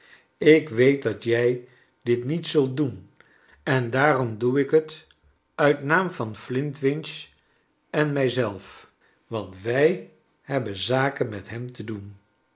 ik weet dat jij dit niet zult doen en daarom doe ik het uit naam van flintwinch en mij zelf want w ij hebben zaken met hem te doen